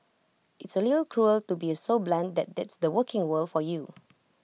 it's A little cruel to be so blunt but that's the working world for you